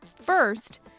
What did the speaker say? First